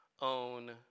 own